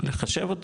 לחשב אותו,